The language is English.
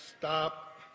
stop